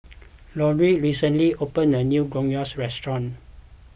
Laureen recently opened a new Gyros Restaurant